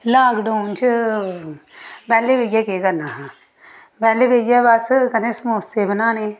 lock down बैह्ले बैहियै केह् करना हा बैह्ले बैहियै बस कदें समोसे बनाने